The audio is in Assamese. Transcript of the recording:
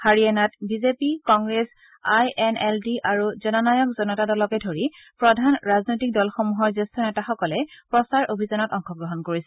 হাৰিয়ানাত BJP Congress I N L D আৰু জননায়ক জনতা দলকে ধৰি প্ৰধান ৰাজনৈতিক দলসমূহৰ জ্যেষ্ঠ নেতাসকলে প্ৰচাৰ অভিযানত অংশগ্ৰহণ কৰিছে